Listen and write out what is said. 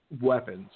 weapons